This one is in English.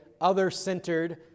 other-centered